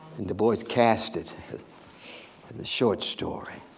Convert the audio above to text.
du bois cast it short story,